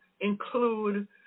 include